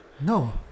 no